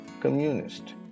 communist